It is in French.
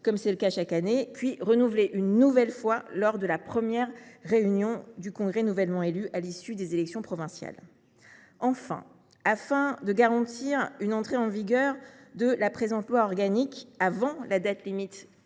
comme c’est le cas chaque année, puis une nouvelle fois lors de la première réunion du congrès nouvellement élu à l’issue des élections provinciales. En troisième lieu, afin de garantir l’entrée en vigueur de la future loi organique avant la date limite